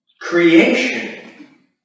creation